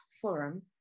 forum